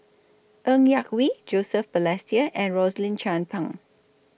Ng Yak Whee Joseph Balestier and Rosaline Chan Pang